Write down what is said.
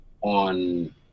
on